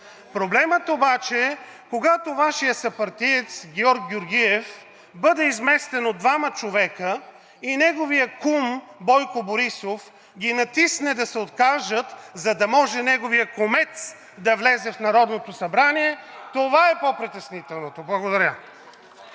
Проблемът обаче е, когато Вашият съпартиец Георг Георгиев бъде изместен от двама човека и неговият кум Бойко Борисов ги натисне да се откажат, за да може неговият кумец да влезе в Народното събрание, това е по-притеснителното. Благодаря.